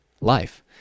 life